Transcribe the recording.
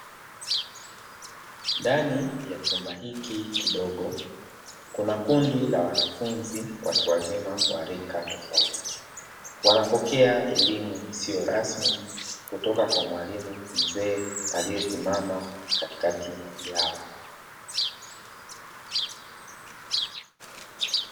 Ndani ya chumba hiki kidogo, kuna kundi la wanafunzi watu wazima wa rika tofauti, wanapokea elimu isiyo rasmi kutoka kwa mwalimu mzee aliyesimama katikati yao.